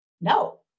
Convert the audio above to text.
No